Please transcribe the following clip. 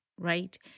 right